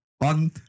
On